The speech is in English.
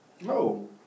No